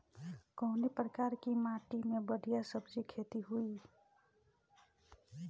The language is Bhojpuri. कवने प्रकार की माटी में बढ़िया सब्जी खेती हुई?